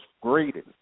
graded